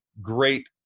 great